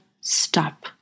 stop